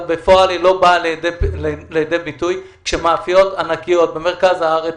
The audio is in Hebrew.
אבל בפועל היא לא באה לידי ביטוי כאשר מאפיות ענקיות במרכז הארץ